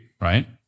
Right